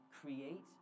create